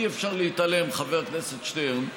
אי-אפשר להתעלם, חבר הכנסת שטרן,